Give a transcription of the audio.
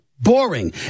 boring